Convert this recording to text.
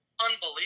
Unbelievable